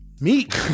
Meek